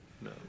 No